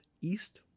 East